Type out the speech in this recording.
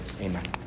Amen